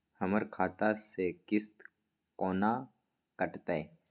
हमर खाता से किस्त कोना कटतै?